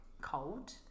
cold